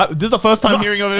um this is the first time hearing